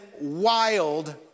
wild